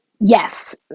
yes